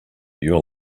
your